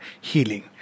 healing